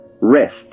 Rest